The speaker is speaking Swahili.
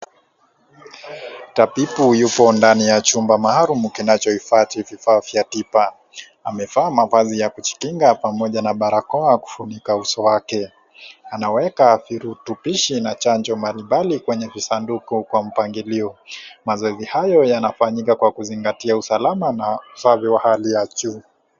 Tabibu yupo ndani ya chumba maalum kinacho hifadhi vifaa vya tiba, amevaa mavazi ya kujikinga pamoja na barakoa kufunika uso wake, anaweka virutubishi na chanjo mbalimbali kwenye visanduku kwa mpangilio. Mazoezi hayo yanafanyika kwa kuzingatia usalama na usafi wa hali ya juu.